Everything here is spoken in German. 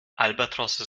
albatrosse